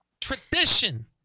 Tradition